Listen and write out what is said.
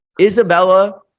Isabella